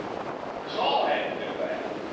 saul had to do that.